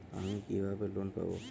আমি কিভাবে লোন পাব?